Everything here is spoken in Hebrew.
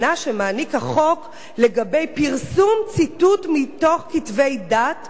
לגבי פרסום ציטוט מתוך כתבי דת וספרי תפילה,